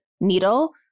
needle